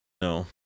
No